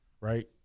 right